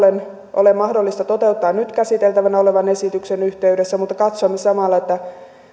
ole mahdollista toteuttaa nyt käsiteltävänä olevan esityksen yhteydessä mutta katsoimme samalla että